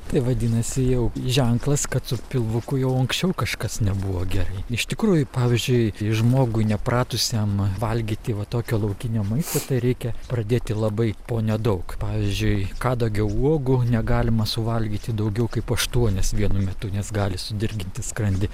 tai vadinasi jau ženklas kad su pilvuku jau anksčiau kažkas nebuvo gerai iš tikrųjų pavyzdžiui jei žmogui nepratusiam valgyti va tokio laukinio maisto tai reikia pradėti labai po nedaug pavyzdžiui kadagio uogų negalima suvalgyti daugiau kaip aštuonias vienu metu nes gali sudirginti skrandį